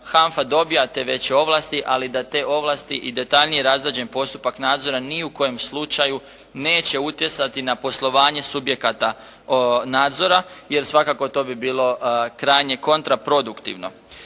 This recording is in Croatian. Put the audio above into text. HANFA dobija te veće ovlasti, ali da te ovlasti i detaljnije razrađen postupak nadzora ni u kojem slučaju neće utjecati na poslovanje subjekata nadzora, jer svakako to bi bilo krajnje kontraproduktivno.